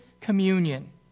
communion